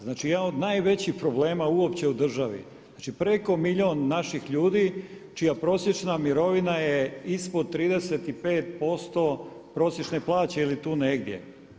Znači, jedan od najvećih problema uopće u državi, znači preko milijun naših ljudi čija prosječna mirovina je ispod 35% prosječne plaće ili tu negdje.